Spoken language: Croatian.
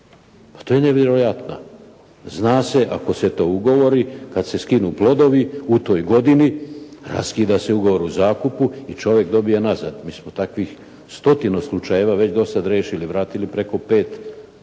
Pa to je nevjerojatno. Zna se ako se to ugovori, kada se skinu plodovi u toj godini, raskida se ugovor o zakupu i čovjek dobije nazad. Mi smo takvih stotinu slučajeva već do sada riješili. Vratili preko 500 hektara